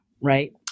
right